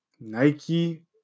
Nike